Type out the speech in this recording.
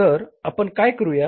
तर आपण काय करूया